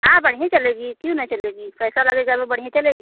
हाँ बढ़िया चलेगी क्यों ना चलेगी पैसा लगेगा तो बढ़िया चलेगी